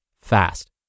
fast